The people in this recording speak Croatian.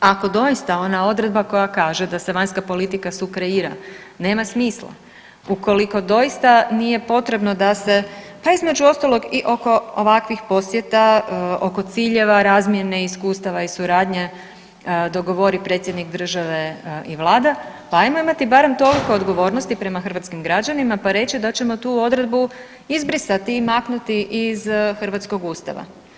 Ako doista ona odredba koja kaže da se vanjska politika sukreira nema smisla, ukoliko doista nije potrebno da se, pa između ostalo i ovakvih posjeta, oko ciljeva razmjene iskustava i suradnje dogovori predsjednik države i Vlada, pa ajmo imati barem toliko odgovornosti prema hrvatskim građanima pa reći da ćemo tu odredbu izbrisati i maknuti iz hrvatskog Ustava.